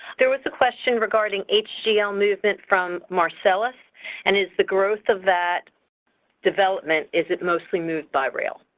there was a question regarding hgl movements from marcellus and is the growth of that development is it mostly moved by rail?